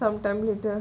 sometime later